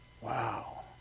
wow